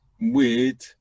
weird